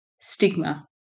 stigma